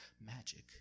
magic